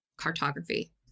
cartography